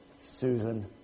Susan